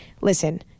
Listen